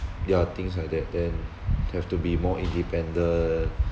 there are things like that then have to be more independent